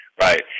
right